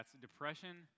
depression